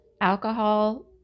alcohol